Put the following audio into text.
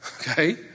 Okay